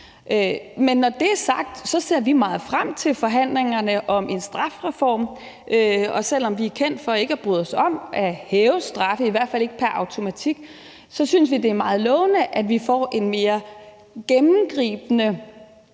Når det er sagt, ser vi meget frem til forhandlingerne om en strafreform, og selv om vi er kendt for ikke at bryde os om at hæve straffene, i hvert fald ikke pr. automatik, synes vi, det er meget lovende, at vi får en mere gennemgribende